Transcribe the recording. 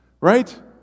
right